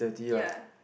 ya